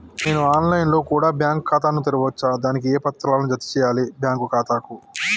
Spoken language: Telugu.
నేను ఆన్ లైన్ లో కూడా బ్యాంకు ఖాతా ను తెరవ వచ్చా? దానికి ఏ పత్రాలను జత చేయాలి బ్యాంకు ఖాతాకు?